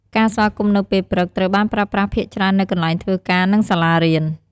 ការស្វាគមន៍នៅពេលព្រឹក ត្រូវបានប្រើប្រាស់ភាគច្រើននៅកន្លែងធ្វើការ និងសាលារៀន។